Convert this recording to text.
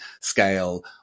scale